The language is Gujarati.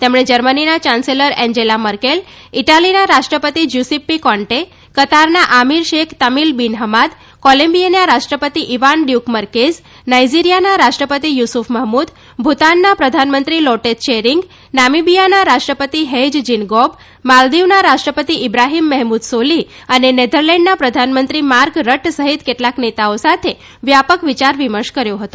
તેમણે જર્મનીના યાન્સેલર એન્જેલા મર્કેલ ઇટાલીના રાષ્ટ્રપતિ જ્યુસિપ્પી કોન્ટે કતારના અમીર શેખ તમિલ બીન હમાદ કોલંબિયાના રાષ્ટ્રપતિ ઇવાન ડયુક મર્કેઝ નાઇઝીરીયાના રાષ્ટ્રપતિ યુસુફ મહમૂદ ભુતાનના પ્રધાનમંત્રી લોટે ત્રોરીંગ નામિમ્બિયાના રાષ્ટ્રપતિ હેજ જીનગૌબ માલદિવના રાષ્ટ્રપતિ ઇબ્રાહીમ મેહમુદ સોલિહ અને નેધરલેન્ડના પ્રધાનમંત્રી નાર્ક રટ સહિત કેટલાંક નેતાઓ સાથે વ્યાપક વિયાર વિમર્શ કર્યો હતો